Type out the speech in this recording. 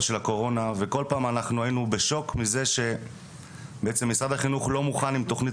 של הקורונה וכל פעם היינו בשוק מזה שמשרד החינוך לא מוכן עם תוכנית